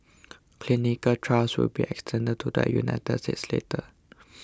clinical trials will be extended to the United States later